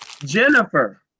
Jennifer